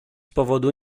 powodu